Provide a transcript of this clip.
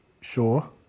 sure